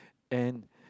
and